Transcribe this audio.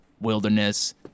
wilderness